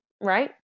right